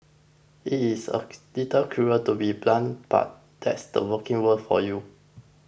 it's a little cruel to be so blunt but that's the working world for you